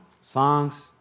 Songs